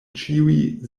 ĉiuj